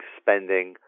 spending